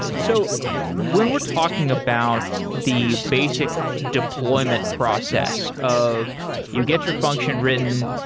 and so when we're talking about the basic deployment process of you get your function written,